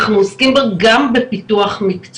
עד שעדי יעלה אני אגיד לך,